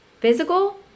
Physical